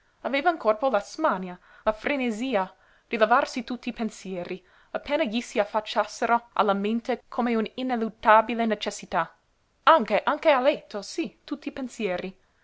aveva in corpo la smania la frenesia di levarsi tutti i pensieri appena gli si affacciassero alla mente come unineluttabile necessità anche anche a letto sí tutti i pensieri